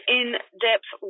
in-depth